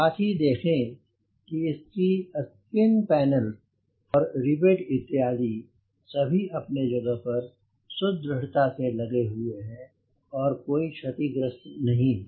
साथ ही देखें कि इसकी स्किन पेनल्स और रिवेट इत्यादि सभी अपनी जगह पर सुदृढ़ता से लगे हुए हैं और कोई क्षति ग्रस्त नहीं हैं